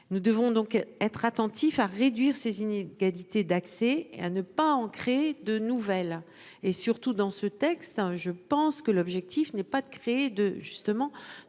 Nous devons donc être attentif à réduire ces inégalités d'accès et à ne pas en créer de nouvelles et surtout dans ce texte, hein je pense que l'objectif n'est pas de créer de justement